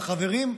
והחברים,